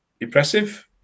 impressive